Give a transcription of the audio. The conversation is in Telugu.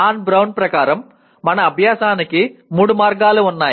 ఆన్ బ్రౌన్ ప్రకారం మన అభ్యాసానికి మూడు మార్గాలు ఉన్నాయి